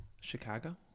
chicago